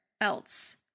else